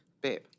Babe